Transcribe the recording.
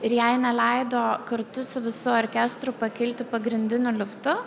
ir jai neleido kartu su visu orkestru pakilti pagrindiniu liftu